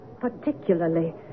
particularly